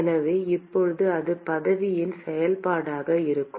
எனவே இப்போது அது பதவியின் செயல்பாடாக இருக்கும்